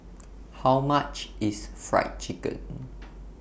How much IS Fried Chicken